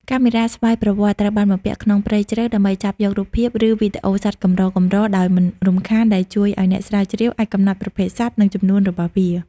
កាមេរ៉ាស្វ័យប្រវត្តិ ត្រូវបានបំពាក់ក្នុងព្រៃជ្រៅ ដើម្បីចាប់យករូបភាព ឬវីដេអូសត្វកម្រៗដោយមិនរំខាន ដែលជួយឲ្យអ្នកស្រាវជ្រាវអាចកំណត់ប្រភេទសត្វ និងចំនួនរបស់វា។